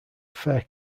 fare